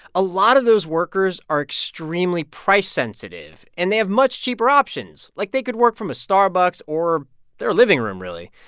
a lot of those workers are extremely price-sensitive, and they have much cheaper options. like, they could work from a starbucks or their living room, really.